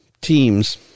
teams